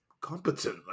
competent